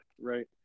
right